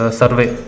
survey